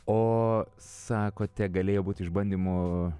o sakote galėjo būt išbandymų